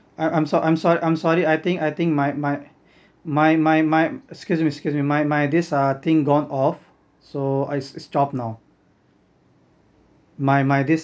I'm I'm so~ I'm so~ I'm sorry I think I think my my my my my excuse me excuse me my my this thing gone off so I stop now my my this